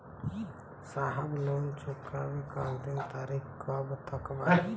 साहब लोन चुकावे क अंतिम तारीख कब तक बा?